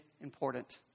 important